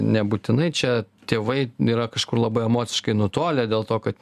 nebūtinai čia tėvai nėra kažkur labai emociškai nutolę dėl to kad